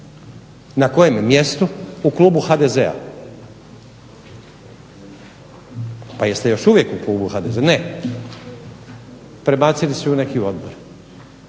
Na kojem mjestu? U klubu HDZ-a. pa jeste još uvijek u klubu HDZ-a? ne. Prebacili su je u neki odbor.